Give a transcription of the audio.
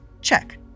check